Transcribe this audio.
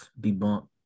debunk